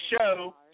show